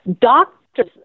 doctors